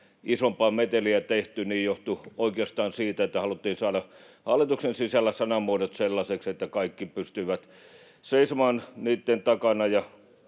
isompaa meteliä tehty, johtui oikeastaan siitä, että haluttiin saada hallituksen sisällä sanamuodot sellaisiksi, että kaikki pystyivät seisomaan niitten takana.